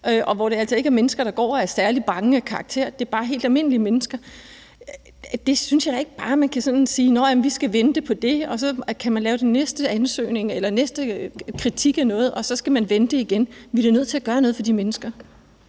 Og det er altså mennesker, der går dér, som ikke er særlig bange af karakter, men helt almindelige mennesker. Jeg synes ikke bare, man kan sige, at vi skal vente på det, og så kan man lave den næste ansøgning eller komme med den næste kritik af noget, og så skal man vente igen. Vi er da nødt til at gøre noget for de mennesker.